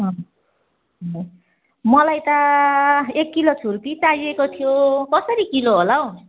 हजुर मलाई त एक किलो छुर्पी चाहिएको थियो कसरी किलो होला हौ